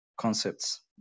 concepts